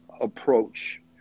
approach